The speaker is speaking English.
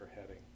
heading